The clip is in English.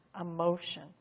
emotion